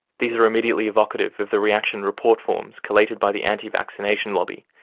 these are immediately evocative of the reaction report forms collated by the anti-vaccination lobby,